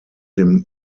dem